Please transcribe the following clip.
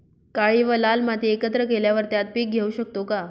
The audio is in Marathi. काळी व लाल माती एकत्र केल्यावर त्यात पीक घेऊ शकतो का?